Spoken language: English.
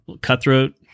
cutthroat